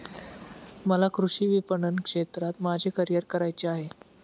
मला कृषी विपणन क्षेत्रात माझे करिअर करायचे आहे